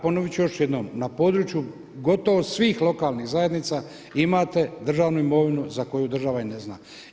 Ponovit ću još jednom, na području gotovo svih lokalnih zajednica imate državnu imovinu za koju država i ne znam.